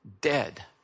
dead